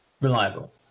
reliable